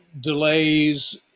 delays